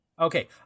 Okay